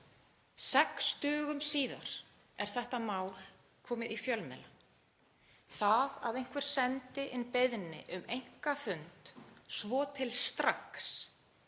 Sex dögum síðar er þetta mál komið í fjölmiðla. Það að einhver sendi inn beiðni um einkafund svo til strax